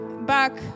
back